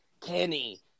Kenny